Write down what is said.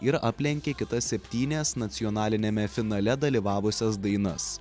ir aplenkė kitas septynias nacionaliniame finale dalyvavusias dainas